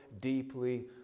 deeply